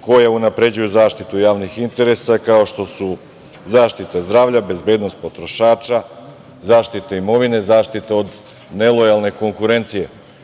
koja unapređuju zaštitu javnih interesa kao što su: zaštita zdravlja, bezbednost potrošača, zaštita imovine, zaštita od nelojalne konkurencije